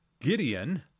Gideon